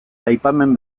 aipamen